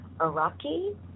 Iraqi